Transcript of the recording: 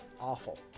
awful